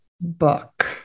book